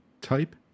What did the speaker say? type